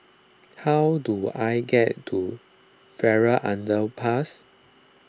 how do I get to Farrer Underpass